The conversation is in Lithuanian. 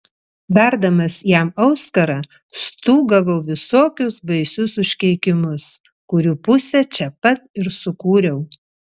verdamas jam auskarą stūgavau visokius baisius užkeikimus kurių pusę čia pat ir sukūriau